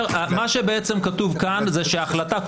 מה שבעצם כתוב כאן זה שההחלטה,